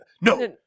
No